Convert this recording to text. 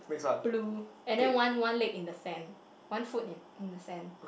blue and then one one leg in the sand one foot in in the sand